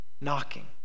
knocking